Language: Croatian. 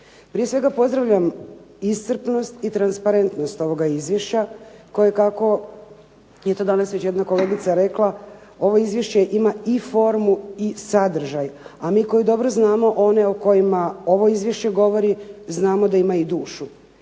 Prije svega pozdravljam iscrpnost i transparentnost ovoga izvješća koje kako je to danas već jedna kolegica rekla ovo izvješće ima i formu i sadržaj. A mi koji dobro znamo one o kojima ovo izvješće govori znamo da ima i dušu